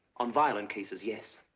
on violent cases, yes.